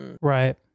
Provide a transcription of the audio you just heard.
Right